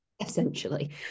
essentially